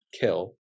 kill